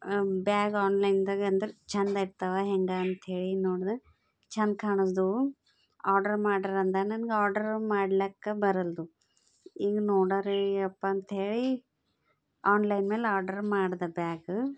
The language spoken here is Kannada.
ಬ್ಯಾಗ್ ಆನ್ಲೈನ್ದಾಗೆ ಅಂದ್ರೆ ಛಂದ ಇರ್ತವ ಹೆಂಗ ಅಂತ್ಹೇಳಿ ನೋಡ್ದೆ ಛಂದ ಕಾಣುಸಿದವು ಆಡ್ರ್ ಮಾಡ್ರೆ ಅಂದ ನನ್ಗೆ ಆಡ್ರ್ ಮಾಡ್ಲಕ್ಕೆ ಬರಲ್ದು ಹಿಂಗ್ ನೋಡಾರಿ ಯಪ್ಪ ಅಂತ್ಹೇಳಿ ಆನ್ಲೈನ್ ಮೇಲೆ ಆಡ್ರ್ ಮಾಡಿದೆ ಬ್ಯಾಗ್